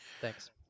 thanks